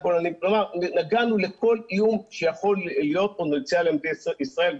נגענו לכל איום שיכול להיות פוטנציאל למדינת ישראל.